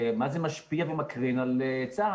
ומה זה משפיע ומקרין על צה"ל.